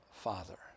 Father